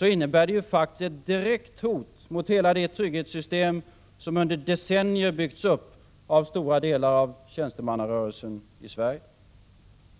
innebär det ett direkt hot mot hela det trygghetssystem som under decennier byggts upp av stora delar av tjänstemannarörelsen i Sverige.